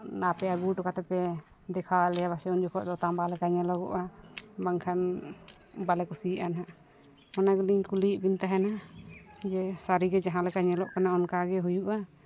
ᱚᱱᱟᱛᱮ ᱟᱹᱜᱩ ᱦᱚᱴᱚ ᱠᱟᱛᱮᱯᱮ ᱫᱮᱠᱷᱟᱣ ᱟᱞᱮᱭᱟ ᱯᱟᱪᱮᱫ ᱩᱱ ᱡᱚᱠᱷᱚᱡ ᱫᱚ ᱛᱟᱸᱰᱟ ᱞᱮᱠᱟ ᱧᱮᱞᱚᱜᱼᱟ ᱵᱟᱝᱠᱷᱟᱱ ᱵᱟᱞᱮ ᱠᱩᱥᱤᱭᱟᱜᱼᱟ ᱦᱟᱸᱜ ᱚᱱᱟ ᱜᱮᱞᱤᱧ ᱠᱩᱞᱤᱭᱮᱫ ᱵᱮᱱ ᱛᱟᱦᱮᱱᱟ ᱡᱮ ᱥᱟᱹᱨᱤᱜᱮ ᱡᱟᱦᱟᱸᱞᱮᱠᱟ ᱧᱮᱞᱚᱜ ᱠᱟᱱᱟ ᱚᱱᱠᱟᱜᱮ ᱦᱩᱭᱩᱜᱼᱟ